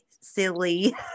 silly